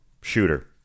shooter